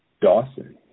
Dawson